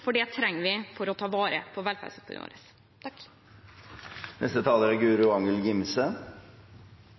for det trenger vi for å ta vare på velferden vår.